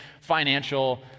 financial